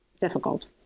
difficult